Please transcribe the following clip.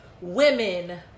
women